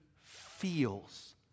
feels